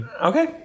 Okay